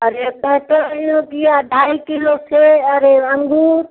अरे पैक कर दिया ढाई किलो सेब और यह अंगूर